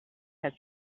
had